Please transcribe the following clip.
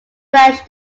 fresh